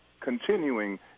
continuing